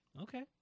Okay